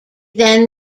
then